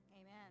Amen